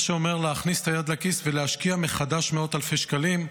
מה שאומר להכניס את היד לכיס ולהשקיע מחדש מאות אלפי שקלים.